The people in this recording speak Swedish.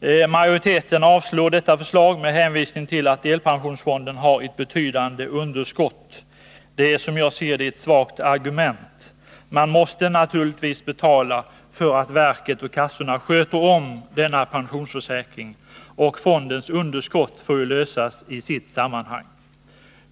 en. Majoriteten avstyrker detta förslag med hänvisning till att delpensionsfonden har ett betydande underskott. Det är ett svagt argument. Man måste naturligtvis betala för att verket och kassorna sköter om denna pensionsförsäkring, och frågan om fondens underskott får lösas i sitt sammanhang.